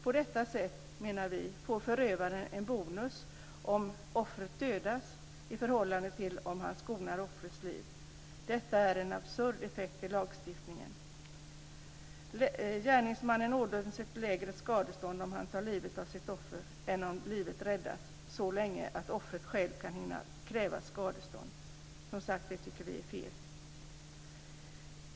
På detta sätt får förövaren, menar vi, en bonus om offret dödas; detta i förhållande till om han skonar offrets liv. Det är en absurd effekt av lagstiftningen. Gärningsmannen ådöms ett lägre skadestånd om han tar livet av sitt offer än om livet räddas så länge att offret självt kan hinna kräva skadestånd. Detta tycker vi, som sagt, är fel.